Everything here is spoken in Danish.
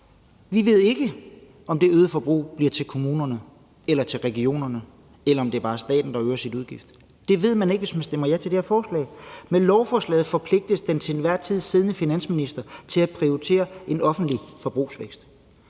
Vi ved ikke, om det øgede forbrug sker i kommunerne eller i regionerne, eller om det bare er staten, der øger sine udgifter. Det ved man ikke, hvis man stemmer ja til det her forslag. Med lovforslaget forpligtes den til enhver tid siddende finansminister til at prioritere en offentlig forbrugsfest.